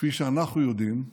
כפי שאנחנו יודעים,